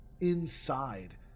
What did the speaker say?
inside